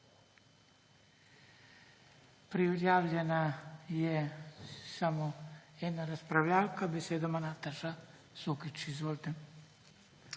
Prijavljena je samo ena razpravljavka. Besedo ima Nataša Sukič. Izvolite.